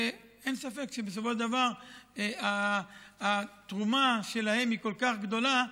ואין ספק שבסופו של דבר התרומה שלהם היא כל כך גדולה,